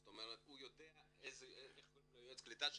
זאת אומרת הוא יודע איך קוראים ליועץ הקליטה שלו,